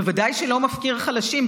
בוודאי שלא מפקיר חלשים.